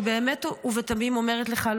אני באמת ובתמים אומרת לך,